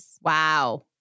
Wow